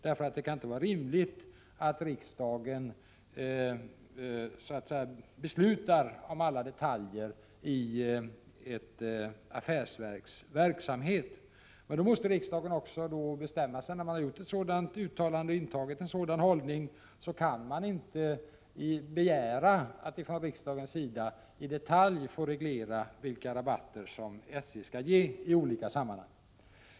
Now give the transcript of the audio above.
Det kan ju inte vara rimligt att riksdagen beslutar om alla detaljer i ett affärsverks verksamhet. Men när riksdagen intagit en sådan hållning kan man inte begära att i detalj få reglera vilka rabatter som SJ skall ge i olika sammanhang.